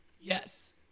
yes